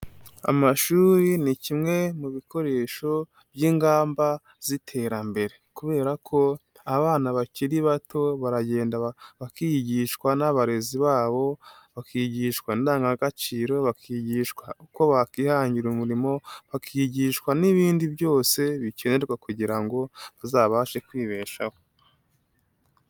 Amashuri ni kimwe mu bikoresho by'ingamba z'iterambere kubera ko abana bakiri bato baragenda bakigishwa n'abarezi babo, bakigishwa indangagaciro, bakigishwa uko bakwihangira umurimo, bakigishwa n'ibindi byose bikenerwa kugira ngo bazabashe kwibeshaho.